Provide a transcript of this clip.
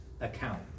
account